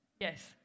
yes